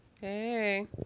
Hey